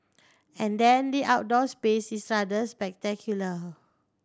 and then the outdoor space is rather spectacular